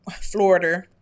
Florida